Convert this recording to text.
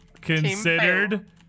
considered